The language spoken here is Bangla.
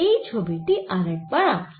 এই ছবি টি আরেকবার আঁকি